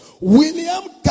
William